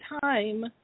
time